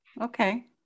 Okay